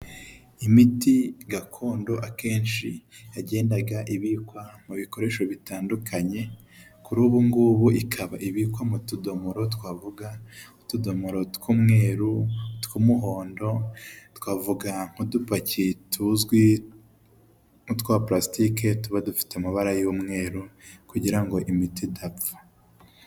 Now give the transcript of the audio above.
Imiti gakondo akenshi yagendaga ibikwa mu bikoresho bitandukanye, kuri ubu ngubu ikaba ibikwa mu tudomoro twavuga, nk'utudomoro tw'umweru, tw'umuhondo, twavuga nk'udupaki tuzwi nk'utwa parasitike tuba dufite amabara y'umweru kugira imiti idapfa.